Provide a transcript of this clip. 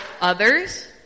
others